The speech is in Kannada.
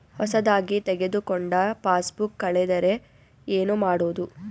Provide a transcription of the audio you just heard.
ಹೊಸದಾಗಿ ತೆಗೆದುಕೊಂಡ ಪಾಸ್ಬುಕ್ ಕಳೆದರೆ ಏನು ಮಾಡೋದು?